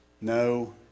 No